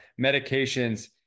medications